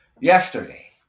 Yesterday